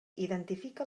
identifica